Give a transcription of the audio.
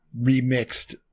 remixed